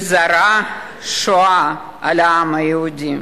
וזרעה שואה על העם היהודי.